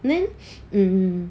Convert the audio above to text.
then mm